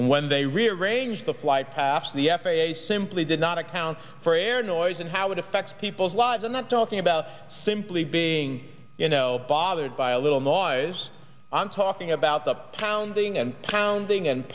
and when they rearranged the flight paths the f a a simply did not account for air noise and how it affects people's lives i'm not talking about simply being you know bothered by a little noise i'm talking about the pounding and pounding and